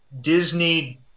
Disney